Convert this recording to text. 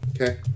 Okay